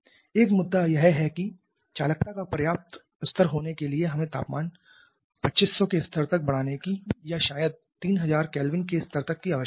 एक मुद्दा यह है कि चालकता का पर्याप्त स्तर होने के लिए हमें तापमान को 2500 के स्तर तक बढ़ाने की या शायद 3000 K के स्तर तक की आवश्यकता है